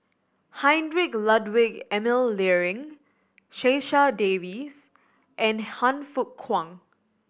Heinrich Ludwig Emil Luering Checha Davies and Han Fook Kwang